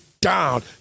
down